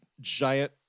giant